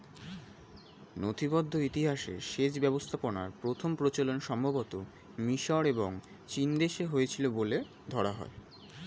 নথিবদ্ধ ইতিহাসে সেচ ব্যবস্থাপনার প্রথম প্রচলন সম্ভবতঃ মিশর এবং চীনদেশে হয়েছিল বলে ধরা হয়